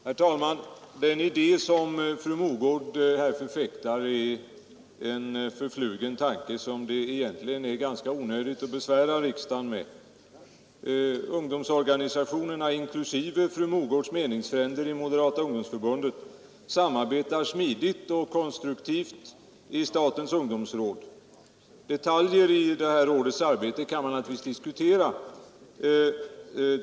Herr talman! Den idé som fru Mogård här förfäktar är en förflugen tanke, som det egentligen är ganska onödigt att besvära riksdagen med. Ungdomsorganisationerna, inklusive fru Mogårds meningsfränder i Moderata ungdomsförbundet, samarbetar smidigt och konstruktivt i statens ungdomsråd. Detaljer i ungdomsrådets arbete kan naturligtvis diskuteras.